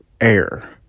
air